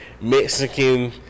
Mexican